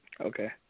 Okay